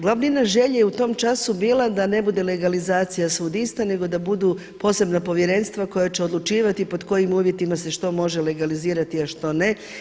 Glavnina želje u tom času je bila da ne bude legalizacija svud ista nego da budu posebna povjerenstva koja će odlučivati pod kojim uvjetima se što može legalizirati, a što ne.